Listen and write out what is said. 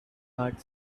heart